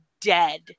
dead